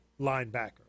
linebacker